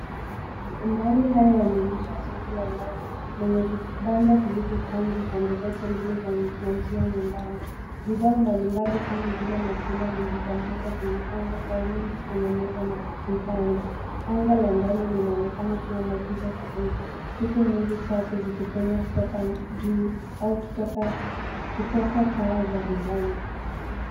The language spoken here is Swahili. Mandhari haya yanaonesha soko la ndani, lenye vibanda vilivyopangwa upande zote mbili za njia nyembamba. Bidhaa mbalimbali kama vile matunda na mbogamboga zimepangwa kwa wingi, kwenye meza na vibanda. Anga la ndani linaonekana kuwa na giza kidogo, huku nuru chache zikipenya kutoka juu au kutoka taa za vibanda .